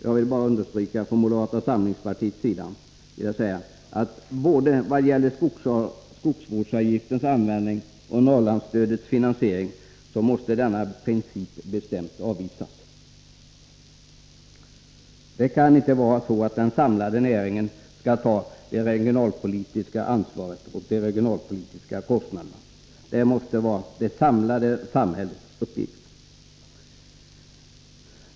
Jag vill fftån moderata samlingspartiets sida understryka att både i vad gäller skogsvårdsavgiftens användning och Norrlandsstödets finansiering måste denna princip bestämt avvisas. Det kan inte vara så, att den samlade näringen skall ta det regionalpolitiska ansvaret och de regionalpolitiska kostnaderna. Det måste vara samhällets uppgift.